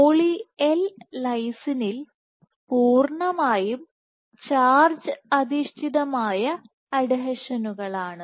poly L ലൈസിനിൽ പൂർണ്ണമായും charge അധിഷ്ഠിതമായ അഡ്ഹീഷനുകളാണ്